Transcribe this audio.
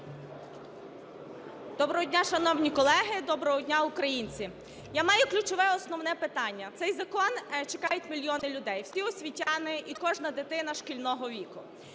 Доброго дня, шановні колеги! Доброго дня, українці! Я маю ключове, основне питання. Цей закон чекають мільйони людей, всі освітяни і кожна дитина шкільного віку.